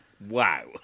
Wow